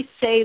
say